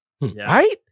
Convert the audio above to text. right